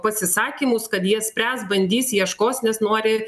pasisakymus kad jie spręs bandys ieškos nes nori